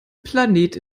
planet